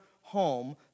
home